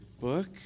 book